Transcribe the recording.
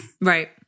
right